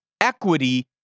Equity